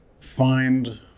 find